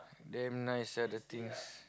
damn nice sia the things